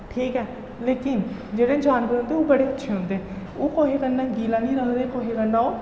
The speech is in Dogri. ठीक ऐ लेकिन जेह्ड़े जानवर होंदे ओह् बड़े अच्छे होंदे ओह् कुसै कन्नै गिला नेईं रखदे कुसै कन्नै ओह्